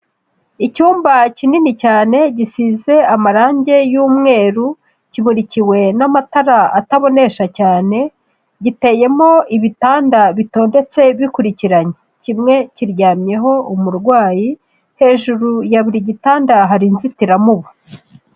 Icyumba kinini cyane gisize amarange y'umweru, kimurikiwe n'amatara atabonesha cyane, giteyemo ibitanda bitondetse bikurikinye, kimwe kiryamyeho umurwayi, hejuru ya buri gitanda hari inzitiramubu.